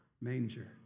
manger